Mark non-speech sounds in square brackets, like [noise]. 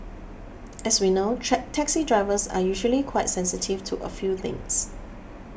as we know [unintelligible] taxi drivers are usually quite sensitive to a few things